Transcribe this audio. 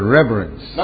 reverence